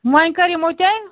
ونۍ کر یِمو تیٚلہِ